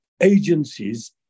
agencies